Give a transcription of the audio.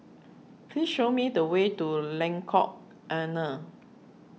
please show me the way to Lengkok Enam